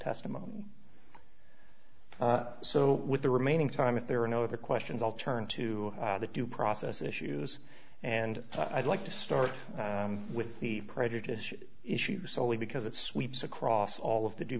testimony so with the remaining time if there are no other questions i'll turn to the due process issues and i'd like to start with the prejudice issue solely because it sweeps across all of the